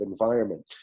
environment